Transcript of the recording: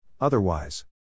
Otherwise